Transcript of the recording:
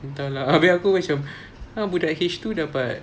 entah lah abeh aku macam !huh! budak H two dapat